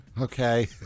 okay